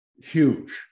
huge